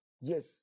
Yes